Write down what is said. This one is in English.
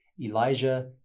Elijah